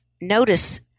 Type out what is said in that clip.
notice